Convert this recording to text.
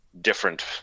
different